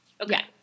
Okay